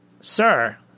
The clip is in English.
Sir